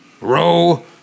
Row